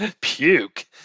Puke